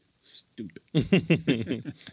stupid